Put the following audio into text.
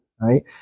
right